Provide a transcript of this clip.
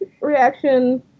reaction